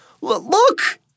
Look